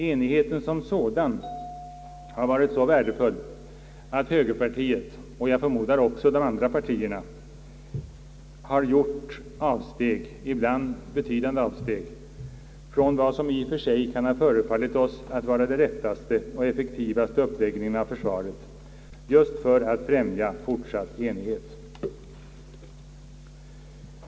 Enigheten som sådan har varit så värdefull att högerpartiet, och jag förmodar även de andra partierna, ibland har gjort betydande avsteg från vad som i och för sig kan ha förefallit oss vara den riktigaste och mest effektiva uppläggningen av försvaret just för att främja fortsatt enighet.